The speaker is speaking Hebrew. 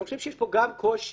אני חושב שיש פה גם קושי